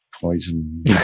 poison